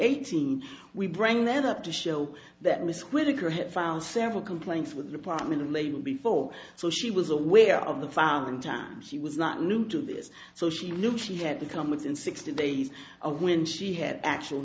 eighteen we bring that up to show that was quicker had found several complaints with department of labor before so she was aware of the fun time she was not new to this so she looked she had to come within sixty days of when she had actual